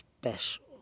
special